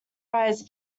rise